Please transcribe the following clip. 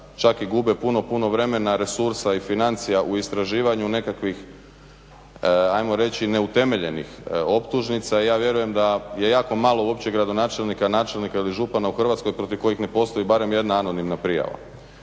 čak i gube puno, puno vremena, resursa i financija u istraživanju nekakvih, ajmo reći neutemeljenih optužnica. Ja vjerujem da je jako malo uopće gradonačelnika, načelnika ili župana u Hrvatskoj protiv kojih ne postoji barem jedna anonimna prijava.